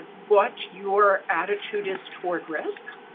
and what your attitude is towards risk.